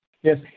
Yes